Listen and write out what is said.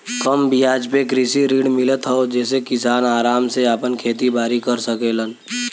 कम बियाज पे कृषि ऋण मिलत हौ जेसे किसान आराम से आपन खेती बारी कर सकेलन